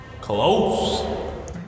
Close